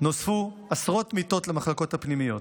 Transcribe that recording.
נוספו עשרות מיטות למחלקות הפנימיות.